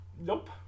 Nope